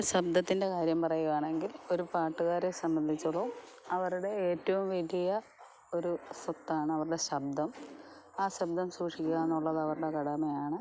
ഇപ്പം ശബ്ദത്തിൻ്റെ കാര്യം പറയുക ആണെങ്കിൽ ഒരു പാട്ടുകാരെ സംബന്ധിച്ചെടുത്തോളം അവരുടെ ഏറ്റവും വലിയ ഒരു സ്വത്താണ് അവരുടെ ശബ്ദം ആ ശബ്ദം സൂക്ഷിക്കുകാന്നുള്ളത് അവരുടെ കടമയാണ്